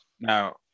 Now